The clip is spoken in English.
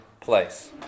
place